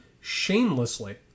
shamelessly